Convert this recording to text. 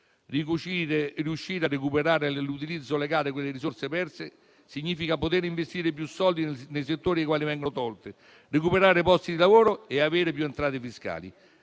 Riuscire a recuperare nell'utilizzo legale quelle risorse perse significa poter investire più soldi nei settori ai quali vengono tolte, recuperare posti di lavoro e avere più entrate fiscali.